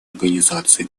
организации